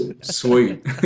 Sweet